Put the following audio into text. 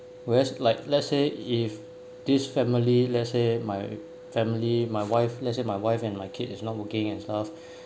whereas like let's say if this family let's say my family my wife let's say my wife and my kid is not working and stuff